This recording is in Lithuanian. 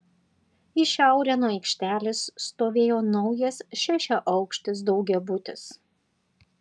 į šiaurę nuo aikštelės stovėjo naujas šešiaaukštis daugiabutis